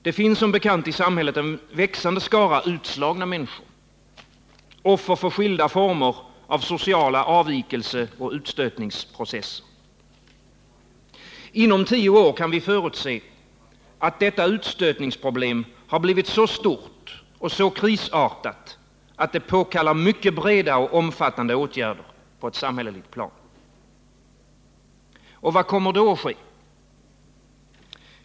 Det finns som bekant i samhället en växande skara utslagna människor, offer för skilda former av sociala avvikelseoch utstötningsprocesser. Inom tio år kan vi förutse att detta utstötningsproblem har blivit så stort och krisartat att det påkallar mycket breda och omfattande åtgärder på ett samhälleligt plan. Vad kommer då att ske?